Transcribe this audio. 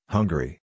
Hungary